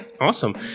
Awesome